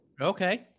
Okay